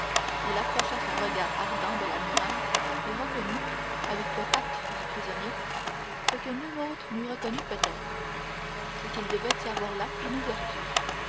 il rapprocha son regard ardent de la muraille et reconnut avec le tact du prisonnier ce que nul autre n'eût reconnu peut-être c'est qu'il devait y avoir là une ouverture